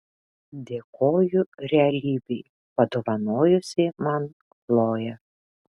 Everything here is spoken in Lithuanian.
dėkoju realybei padovanojusiai man chloję